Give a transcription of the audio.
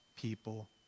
people